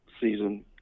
season